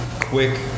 quick